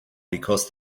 because